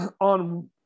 on